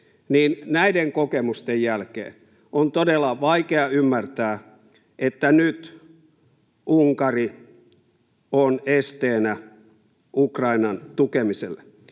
näiden kokemusten jälkeen on todella vaikea ymmärtää, että nyt Unkari on esteenä Ukrainan tukemiselle.